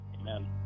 amen